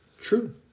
true